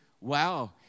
Wow